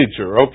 okay